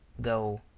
go.